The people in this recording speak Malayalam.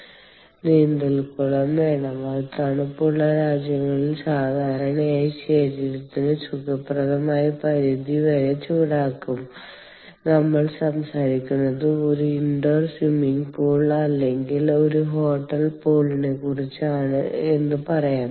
അതായതു നമുക്ക് ഒരു ചൂടായ നീന്തൽക്കുളം വേണം അത് തണുപ്പുള്ള രാജ്യങ്ങളിൽ സാധാരണയായി ശരീരത്തിന് സുഖപ്രദമായ പരിധി വരെ ചൂടാക്കും നമ്മൾ സംസാരിക്കുന്നത് ഒരു ഇൻഡോർ സ്വിമ്മിംഗ് പൂൾ അല്ലെങ്കിൽ ഒരു ഹോട്ടൽ പൂൾ നെ കുറിച്ചാണ് എന്ന് പറയാം